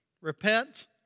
Repent